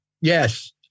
Yes